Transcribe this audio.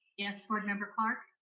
yes, board member clark.